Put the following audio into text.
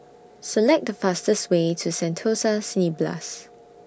Select The fastest Way to Sentosa Cineblast